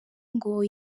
ngo